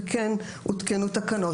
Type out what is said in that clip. וכן הותקנו תקנות.